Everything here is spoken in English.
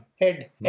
Head